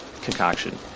concoction